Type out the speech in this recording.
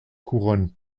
couronne